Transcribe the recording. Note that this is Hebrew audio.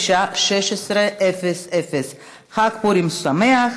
בשעה 16:00. חג פורים שמח.